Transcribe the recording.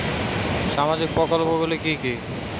সামাজিক প্রকল্পগুলি কি কি?